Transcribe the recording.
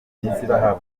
bahabwa